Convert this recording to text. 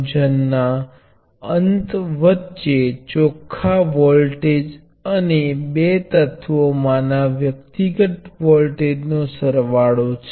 હવે તમે જુઓ છો કે Vxઅને I વચ્ચેના સંબંધો V1 અને I અથવા V2 અને I ની વચ્ચે ખૂબ સમાન લાગે છે